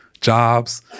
jobs